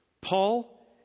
Paul